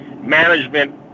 management